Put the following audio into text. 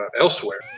elsewhere